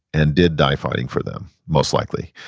and did die fighting for them, most likely.